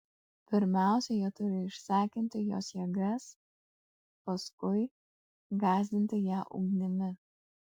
pirmiausia jie turi išsekinti jos jėgas paskui gąsdinti ją ugnimi